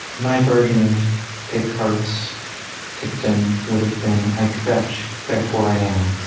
my version of descartes' dictum would have been i kvetch, therefore i am.